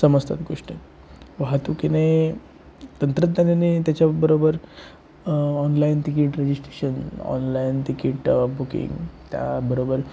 समजतात गोष्टी वाहतुकीने तंत्रज्ञानाने त्याच्याबरोबर online ticket registration online ticket booking त्याबरोबर